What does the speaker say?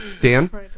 Dan